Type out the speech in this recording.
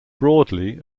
broadly